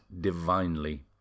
divinely